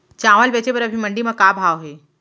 चांवल बेचे बर अभी मंडी म का भाव हे?